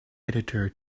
editor